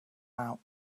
out